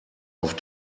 auf